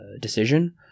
decision